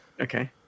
Okay